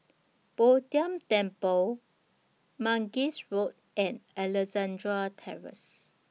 Bo Tien Temple Mangis Road and Alexandra Terrace